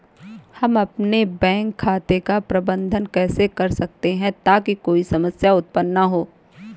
हम अपने बैंक खाते का प्रबंधन कैसे कर सकते हैं ताकि कोई समस्या उत्पन्न न हो?